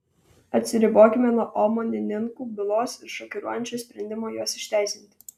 atsiribokime nuo omonininkų bylos ir šokiruojančio sprendimo juos išteisinti